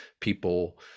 people